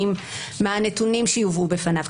מה הנתונים שיובאו בפניו,